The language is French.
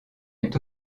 est